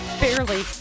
Barely